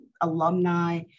alumni